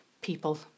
people